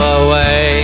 away